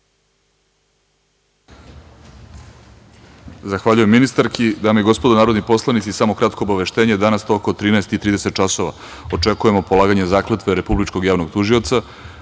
Zahvaljujem ministarki. Dame i gospodo narodni poslanici, samo kratko obaveštenje. Danas tokom 13.30 časova očekujemo polaganje zakletve Republičkog javnog tužioca,